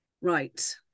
Right